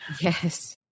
Yes